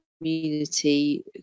community